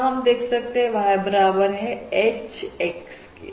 यहां हम देख सकते हैं की Y बराबर है HX के